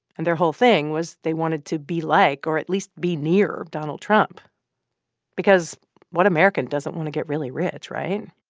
and their whole thing was they wanted to be like or at least be near donald trump because what american doesn't want to get really rich, right?